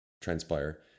transpire